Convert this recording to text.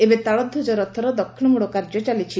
ଏବେ ତାଳଧ୍ୱଜ ରଥର ଦକ୍ଷିଣମୋଡ କାର୍ଯ୍ୟ ଚାଲିଛି